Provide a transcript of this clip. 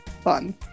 Fun